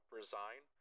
resign